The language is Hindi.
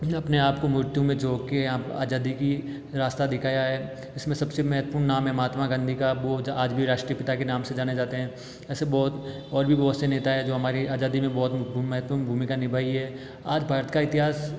अपने आप को मृत्यु में झोक के आप आजादी की रास्ता दिखाया है इसमें सबसे महत्वपूर्ण नाम हैं महात्मा गाँधी का वो आज भी राष्ट्रीय पिता के नाम से जाने जाते हैं ऐसे बहुत और भी बहुत से नेता हैं जो हमारी आजादी में बहुत महवपूर्ण भूमिका निभाई है आज भारत का इतिहास